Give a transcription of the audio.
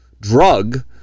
drug